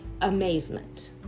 amazement